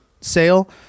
sale